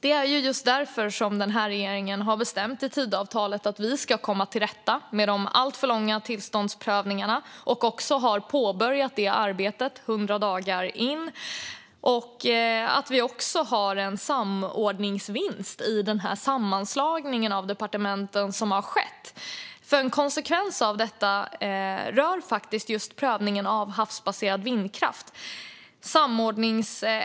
Det är just därför som den här regeringen har bestämt i Tidöavtalet att vi ska komma till rätta med de alltför långa tillståndsprövningarna och har påbörjat det arbetet 100 dagar in. Vi har också samordningsvinster i den sammanslagning av departement som skett. En konsekvens av detta rör just prövningen av havsbaserad vindkraft.